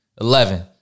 Eleven